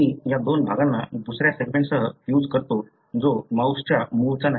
मी या दोन भागांना दुसऱ्या सेगमेंटसह फ्यूज करतो जो माउसच्या मूळचा नाही